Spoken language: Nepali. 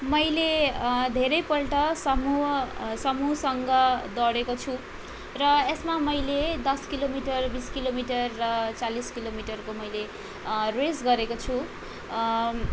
मैले धेरै पल्ट समूह समूहसँग दौडेको छु र यसमा मैले दस किलो मिटर बिस किलो मिटर र चालिस किलोमिटरको मैले रेस गरेको छु